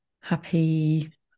Happy